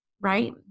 right